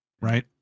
right